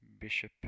Bishop